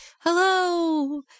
hello